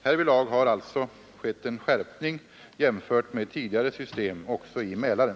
Härvidlag har alltså skett en skärpning jämfört med tidigare system också i Mälaren.